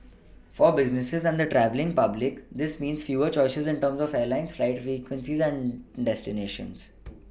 for businesses and the travelling public this means fewer choices in terms of Airlines flight frequencies and destinations